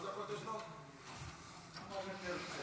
מכובדי היושב-ראש,